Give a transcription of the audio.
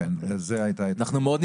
אנחנו מאוד נשמח,